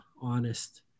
honest